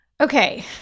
Okay